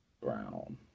Brown